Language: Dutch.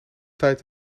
tijd